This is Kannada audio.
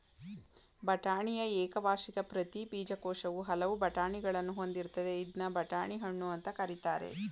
ಬಟಾಣಿಯ ಏಕವಾರ್ಷಿಕ ಪ್ರತಿ ಬೀಜಕೋಶವು ಹಲವು ಬಟಾಣಿಗಳನ್ನು ಹೊಂದಿರ್ತದೆ ಇದ್ನ ಬಟಾಣಿ ಹಣ್ಣು ಅಂತ ಕರೀತಾರೆ